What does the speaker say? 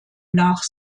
nach